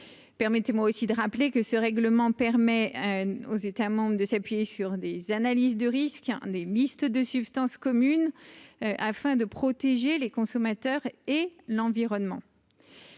permettez-moi aussi de rappeler que ce règlement permet aux États membres de s'appuyer sur des. Analyse de risques, hein, des listes de substance commune afin de protéger les consommateurs et l'environnement.